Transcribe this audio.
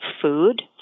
food